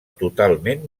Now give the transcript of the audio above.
totalment